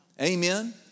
Amen